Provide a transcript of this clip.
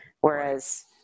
whereas